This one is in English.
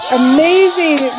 amazing